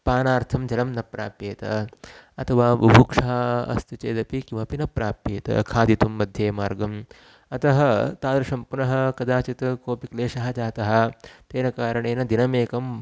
पानार्थं जलं न प्राप्येत अथवा बुभुक्षा अस्ति चेदपि किमपि न प्राप्येत् खादितुं मध्ये मार्गम् अतः तादृशं पुनः कदाचित् कोऽपि क्लेशः जातः तेन कारणेन दिनमेकम्